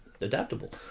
adaptable